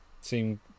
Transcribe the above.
seem